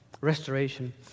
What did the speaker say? restoration